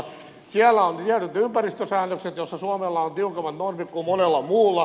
siellä on tietyt ympäristösäännökset joissa suomella on tiukemmat normit kuin monella muulla